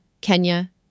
Kenya